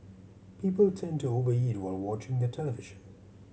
people tend to over eat while watching the television